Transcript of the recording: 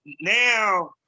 now